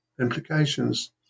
implications